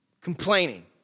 complaining